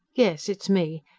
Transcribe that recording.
yes, it's me.